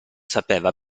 sapeva